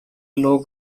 low